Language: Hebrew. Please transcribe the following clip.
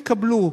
יקבלו,